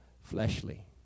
fleshly